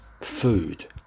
food